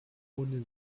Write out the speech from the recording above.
ohne